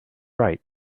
right